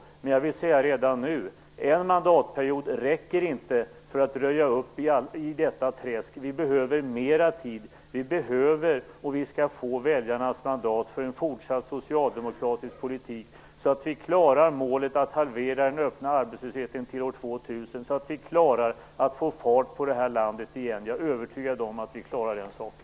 Men jag vill säga redan nu att en mandatperiod inte räcker för att röja upp i detta träsk. Vi behöver mer tid. Vi behöver, och vi skall få, väljarnas mandat för en fortsatt socialdemokratisk politik så att vi klarar målet att halvera den öppna arbetslösheten till år 2000 och så att vi klarar att få fart på det här landet igen. Jag är övertygad om att vi klarar den saken.